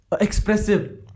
expressive